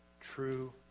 true